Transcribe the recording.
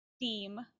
theme